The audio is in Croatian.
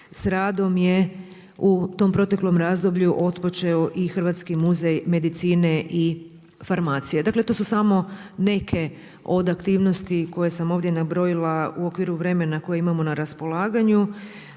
s radom je u tom proteklom razdoblju otpočeo i Hrvatski muzej medicine i farmacije. Dakle to su samo neke od aktivnosti koje sam ovdje nabrojila u okviru vremena koje imamo na raspolaganju.